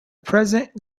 present